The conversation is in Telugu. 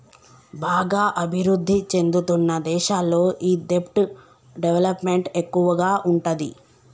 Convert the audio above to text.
బాగా అభిరుద్ధి చెందుతున్న దేశాల్లో ఈ దెబ్ట్ డెవలప్ మెంట్ ఎక్కువగా ఉంటాది